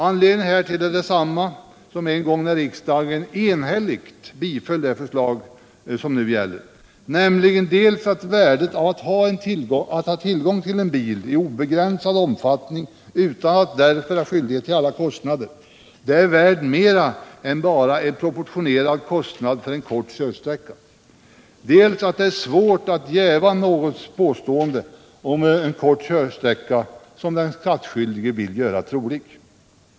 Anledningen härtill är densamma som en gång när riksdagen enhälligt biföll det förslag som nu gäller, nämligen dels att värdet av att ha tillgång till bil i obegränsad omfattning, utan att därför ha skyldighet att bära alla kostnader, är värd mer än bara en proportionerad kostnad för en kort körsträcka, dels att det är svårt att jäva något påstående om kort körsträcka som den skattskyldige vill göra trolig.